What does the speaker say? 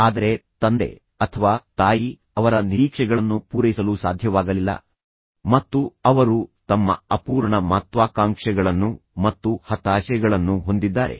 ಆದರೆ ತಂದೆ ಅಥವಾ ತಾಯಿ ಅವರ ನಿರೀಕ್ಷೆಗಳನ್ನು ಪೂರೈಸಲು ಸಾಧ್ಯವಾಗಲಿಲ್ಲ ಮತ್ತು ಅವರು ತಮ್ಮ ಅಪೂರ್ಣ ಮಹತ್ವಾಕಾಂಕ್ಷೆಗಳನ್ನು ಮತ್ತು ಹತಾಶೆಗಳನ್ನು ಹೊಂದಿದ್ದಾರೆ